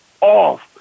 off